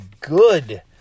good